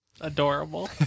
Adorable